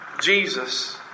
Jesus